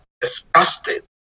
disgusted